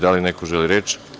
Da li neko želi reč?